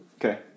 Okay